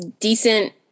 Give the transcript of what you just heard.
decent